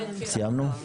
סיימנו?